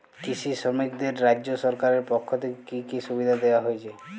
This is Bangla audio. কৃষি শ্রমিকদের রাজ্য সরকারের পক্ষ থেকে কি কি সুবিধা দেওয়া হয়েছে?